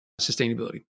sustainability